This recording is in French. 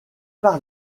par